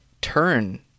turn